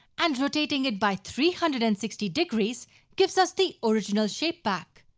and rotating it by three hundred and sixty degrees gives us the original shape back.